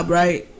right